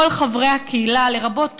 באמת, של קליטת כל חברי הקהילה, לרבות טרנסים,